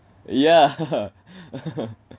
yeah